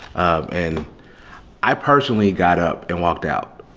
um and i personally got up and walked out.